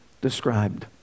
described